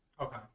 Okay